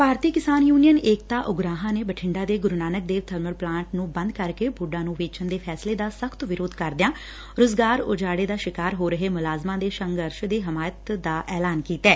ਭਾਰਤੀ Kisan union Ekta Ugrahan ਨੇ ਬਠਿੰਡਾ ਚ Guru Nanak Dev thermal plant ਨੁੰ ਬੰਦ ਕਰਕੇ ਪੁੱਡਾ ਨੂੰ ਵੇਚਣ ਦੈ ਫੈਸਲੇ ਦਾ ਸਖ਼ਤ ਵਿਰੋਧ ਕਰਦਿਆ ਰੁਜ਼ਗਾਰ ਊਜਾੜੇ ਦਾ ਸ਼ਿਕਾਰ ਹੋ ਰਹੇ ਮੁਲਾਜ਼ਮਾ ਦੇ ਸੰਘਰਸ਼ ਦੀ ਹਿਮਾਇਤ ਦਾ ਐਲਾਨ ਕੀਤੈ